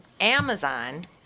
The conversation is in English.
Amazon